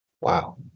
Wow